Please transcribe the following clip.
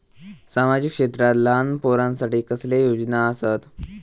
सामाजिक क्षेत्रांत लहान पोरानसाठी कसले योजना आसत?